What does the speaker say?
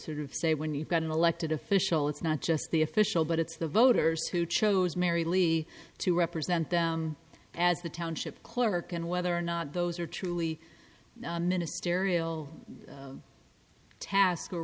sort of say when you've got an elected official it's not just the official but it's the voters who chose mary lee to represent them as the township clerk and whether or not those are truly a ministerial task or